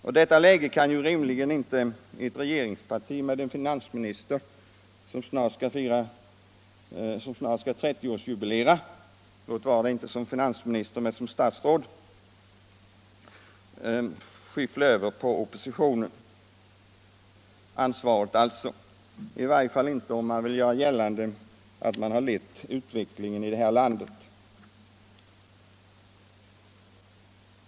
Och ansvaret för detta kan ju rimligen inte ett regeringsparti med en finansminister som snart skall 30-årsjubilera — låt vara inte som finansminister men som statsråd — skyffla över på oppositionen, i varje fall inte om man vill göra gällande att man lett utvecklingen i det här landet.